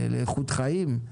לאיכות חיים.